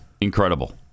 incredible